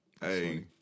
Hey